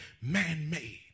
man-made